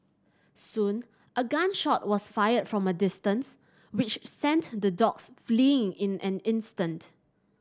soon a gun shot was fired from a distance which sent the dogs fleeing in an instant